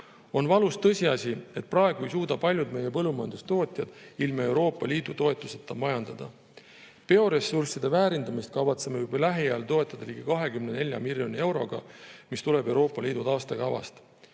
On valus tõsiasi, et praegu ei suuda paljud meie põllumajandustootjad ilma Euroopa Liidu toetuseta majandada. Bioressursside väärindamist kavatseme juba lähiajal toetada ligi 24 miljoni euroga, mis tuleb Euroopa Liidu taastekavast.